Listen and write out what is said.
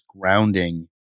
grounding